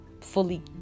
fully